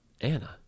Anna